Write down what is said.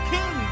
King